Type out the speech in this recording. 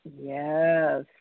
yes